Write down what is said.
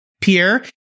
Pierre